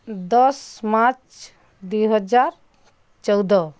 ଦଶ ମାର୍ଚ୍ଚ୍ ଦୁଇ ହଜାର ଚଉଦ